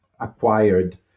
acquired